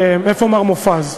איפה מר מופז?